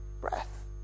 breath